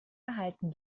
erhalten